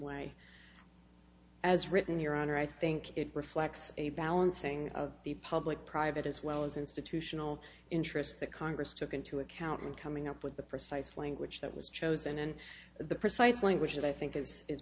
way as written your honor i think it reflects a balancing of the public private as well as institutional interests the congress took into account in coming up with the precise language that was chosen and the precise language that i think is